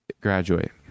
graduate